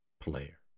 player